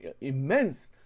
immense